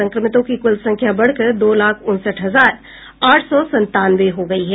संक्रमितों की कुल संख्या बढ़कर दो लाख उनसठ हजार आठ सौ संतानवे हो गयी है